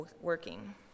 working